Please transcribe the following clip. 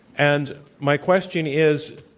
and my question is,